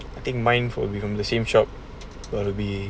I think mine for the same shop that will be